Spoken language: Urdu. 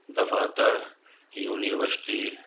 دفتر یونیوشٹی